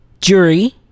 Jury